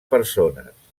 persones